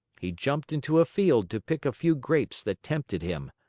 he jumped into a field to pick a few grapes that tempted him.